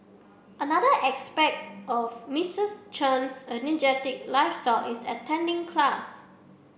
another aspect of Misters Chen's energetic lifestyle is attending class